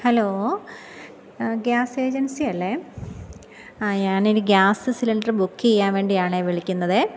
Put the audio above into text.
hello gas agency അല്ലേ ആ ഞാനൊരു ഗ്യാസ് സിലിണ്ടർ ബുക്കഉ ചെയ്യാൻ വേണ്ടി ആണേ വിളിക്കുന്നതേ